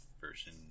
version